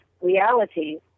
realities